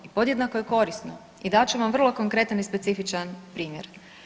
I podjednako je korisno i dat ću vam vrlo konkretan i specifičan primjer.